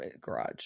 garage